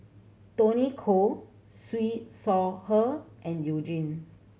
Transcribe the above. Tony Khoo Siew Shaw Her and You Jin